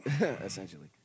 essentially